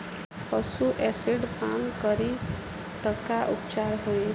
पशु एसिड पान करी त का उपचार होई?